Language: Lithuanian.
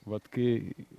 vat kai